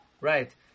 Right